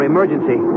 Emergency